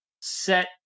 set